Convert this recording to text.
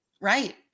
Right